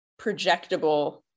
projectable